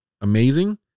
amazing